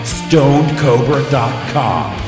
stonedcobra.com